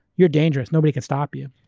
you're dangerous, nobody can stop you.